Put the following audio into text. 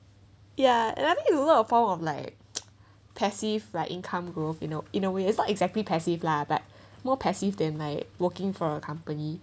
ya and then I think a lot of form of like passive like income growth you know in a way it's not exactly passive lah but more passive than my working for a company